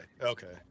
okay